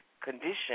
condition